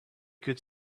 could